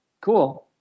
Cool